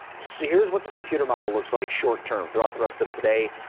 so here's what the computer model looks like short-term throughout the rest of today,